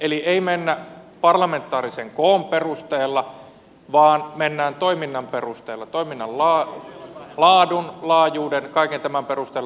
eli ei mennä parlamentaarisen koon perusteella vaan mennään toiminnan perusteella toiminnan laadun laajuuden kaiken tämän perusteella